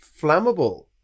flammable